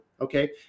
Okay